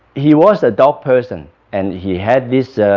he was a dog person and he had this